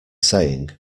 saying